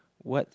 what's